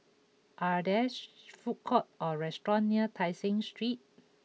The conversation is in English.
are there food courts or restaurants near Tai Seng Street